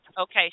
Okay